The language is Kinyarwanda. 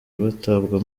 batabwa